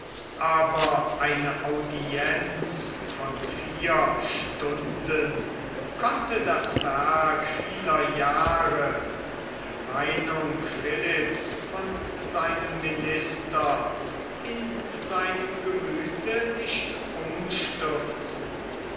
aber eine audienz von vier stunden konnte das werk vieler jahre die meinung philipps von seinem minister in seinem gemüthe nicht umstürzen